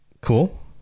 Cool